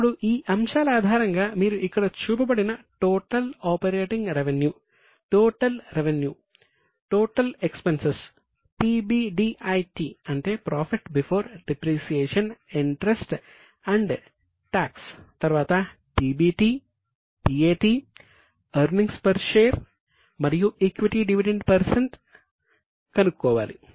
ఇప్పుడు ఈ అంశాల ఆధారంగా మీరు ఇక్కడ చూపబడిన టోటల్ ఆపరేటింగ్ రెవెన్యూ కనుక్కోవాలి